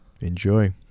Enjoy